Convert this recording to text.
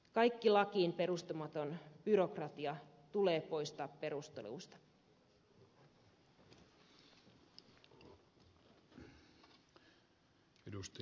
kaikki lakiin perustumaton byrokratia tulee poistaa perusteluista